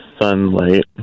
sunlight